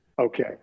Okay